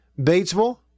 Batesville